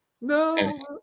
No